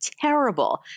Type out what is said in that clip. terrible